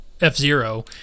F-Zero